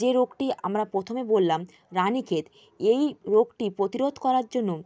যে রোগটি আমরা প্রথমে বললাম রানীক্ষেত এই রোগটি প্রতিরোধ করার জন্য